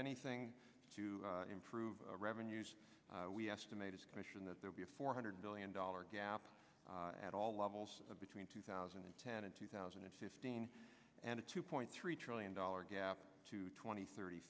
anything to improve revenues we estimate is commission that there be a four hundred billion dollars gap at all levels of between two thousand and ten and two thousand and fifteen and a two point three trillion dollars gap to twenty thirty